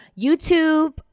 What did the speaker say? youtube